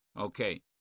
Okay